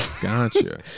Gotcha